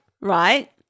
right